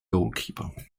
goalkeeper